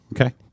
Okay